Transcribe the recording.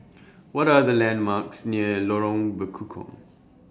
What Are The landmarks near Lorong Bekukong